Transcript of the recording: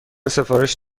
سفارش